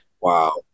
Wow